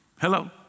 Hello